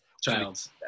Childs